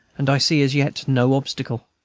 and i see as yet no obstacle.